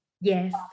yes